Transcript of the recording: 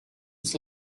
his